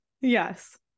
Yes